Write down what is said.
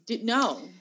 no